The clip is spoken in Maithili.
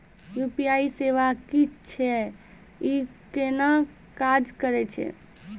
यु.पी.आई सेवा की छियै? ई कूना काज करै छै?